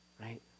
right